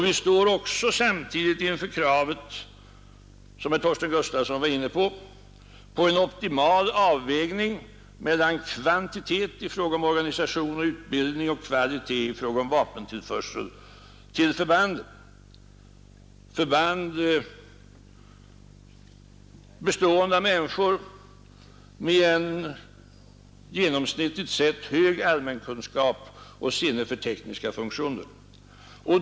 Vi står också samtidigt inför det krav som herr Torsten Gustafsson var inne på, nämligen på en optimal avvägning mellan kvantitet i fråga om organisation och utbildning och kvalitet i fråga om vapentillförsel till förbanden — förband bestående av människor med en genomsnittligt sett hög allmänkunskap och sinne för för tekniska funktioner.